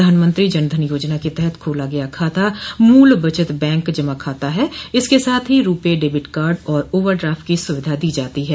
प्रधानमंत्री जन धन योजना के तहत खोला गया खाता मूल बचत बैंक जमा खाता है इसके साथ रूपे डेबिट कार्ड और ओवर ड्राफ्ट की सुविधा दी जातो है